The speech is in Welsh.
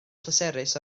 pleserus